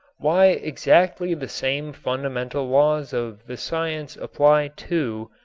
why exactly the same fundamental laws of the science apply to,